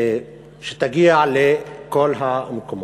ושתגיע לכל המקומות.